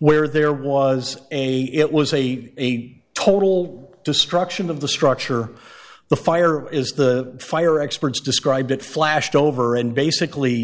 where there was a it was a a total destruction of the structure the fire is the fire experts describe it flashed over and basically